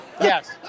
Yes